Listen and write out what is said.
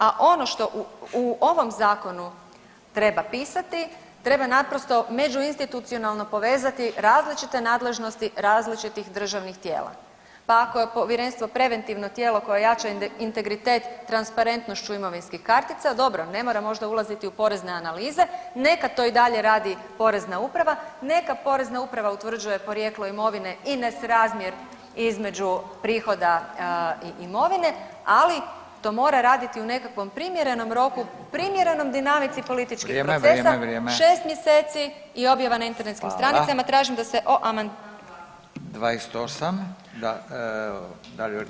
A ono što u ovom zakonu treba pisati, treba naprosto međuinstitucionalno povezati različite nadležnosti različitih državnih tijela, pa ako je povjerenstvo tijelo koje jača integritet transparentnošću imovinskih kartica, dobro ne mora možda ulaziti u porezne analize, neka to i dalje radi Porezna uprava, neka Porezna uprava utvrđuje porijeklo imovine i nesrazmjer između prihoda i imovine, ali to mora raditi u nekakvom primjerenom roku, primjerenom dinamici političkih [[Upadica Radin: Vrijeme, vrijeme, vrijeme.]] procesa šest mjeseci i objava na internetskim stranicama [[Upadica Radin: Hvala.]] tražim da se o amandmanu glasa.